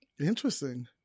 Interesting